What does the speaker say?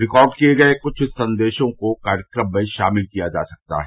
record किए गए कुछ संदेशों को कार्यक्रम में शामिल किया जा सकता है